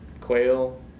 quail